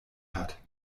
hat